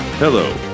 Hello